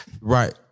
right